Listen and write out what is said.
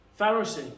Pharisee